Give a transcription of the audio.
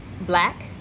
black